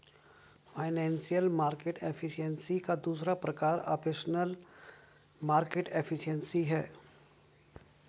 financial market efficiency का दूसरा प्रकार ऑपरेशनल मार्केट एफिशिएंसी है